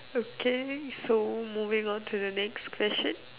okay so moving on to the next question